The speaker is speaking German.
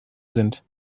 sind